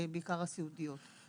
בעיקר הסיעודיות.